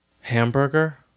Hamburger